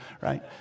right